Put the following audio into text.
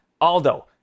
Aldo